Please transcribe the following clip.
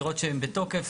לראות שהם בתוקף?